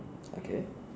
okay